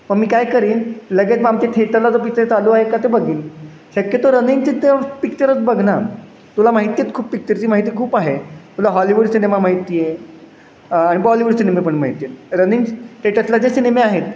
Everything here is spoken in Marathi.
मग मी काय करेन लगेच मग आमचे थेटरला जो पिच्चर चालू आहे का ते बघेन शक्यतो रनिंगचे त्या पिक्चरच बघ ना तुला माहिती आहेत खूप पिक्चरची माहिती खूप आहे तुला हॉलिवूड सिनेमा माहिती आहे आणि बॉलीवूड सिनेमे पण माहिती आहेत रनिंग थेटरला जे सिनेमे आहेत